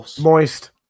Moist